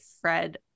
Fred